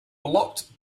blocked